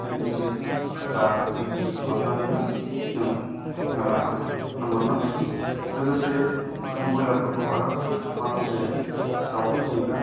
थिन खेजि बा दुइ खेजि खालामनानैबो जों फानहरनो हायो लोगोसे जों बयलारफोरखौ आरो माखासे दावदै दैग्रा